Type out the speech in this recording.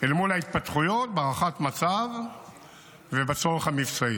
אל מול ההתפתחויות בהערכת מצב ובצורך המבצעי.